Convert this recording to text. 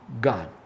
God